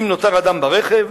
אם נותר אדם ברכב,